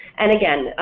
and again,